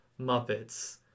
Muppets